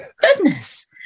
Goodness